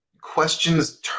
questions